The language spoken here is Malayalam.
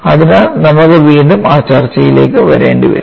അതിനാൽ നമുക്ക് വീണ്ടും ആ ചർച്ചയിലേക്ക് വരേണ്ടിവരും